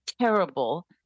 terrible